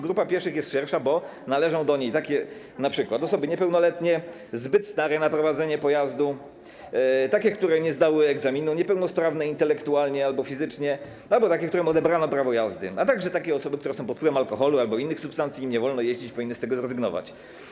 Grupa pieszych jest szersza, bo należą do niej np. osoby niepełnoletnie, osoby zbyt stare na prowadzenie pojazdu, takie, które nie zdały egzaminu, niepełnosprawne intelektualnie albo fizycznie, albo takie, którym odebrano prawo jazdy, a także osoby, które są pod wpływem alkoholu albo innych substancji; im nie wolno jeździć, powinny z tego zrezygnować.